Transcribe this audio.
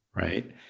right